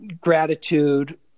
gratitude